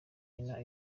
nina